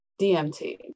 dmt